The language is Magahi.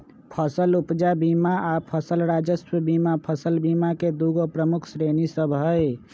फसल उपजा बीमा आऽ फसल राजस्व बीमा फसल बीमा के दूगो प्रमुख श्रेणि सभ हइ